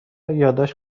یادداشت